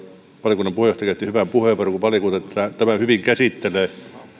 valiokunnan puheenjohtaja käytti hyvän puheenvuoron kun valiokunta tämän hyvin käsittelee